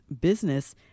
business